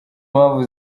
mpamvu